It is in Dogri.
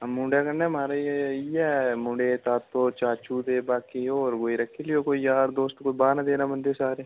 मुड़े कन्नै माराज इ'यै मुड़े तातो चाचू ते बाकी होर कोई रक्खी लेओ कोई यार दोस्त कोई बारां तेरां बंदे सारे